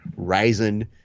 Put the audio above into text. Ryzen